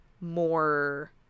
more